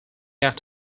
act